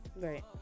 Right